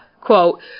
Quote